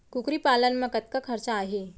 कुकरी पालन म कतका खरचा आही?